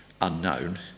unknown